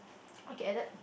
okay added